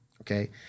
Okay